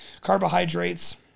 Carbohydrates